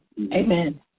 Amen